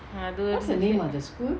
I don't